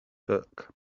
book